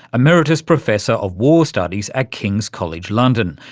emeritus professor of war studies at king's college london.